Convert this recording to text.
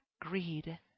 greed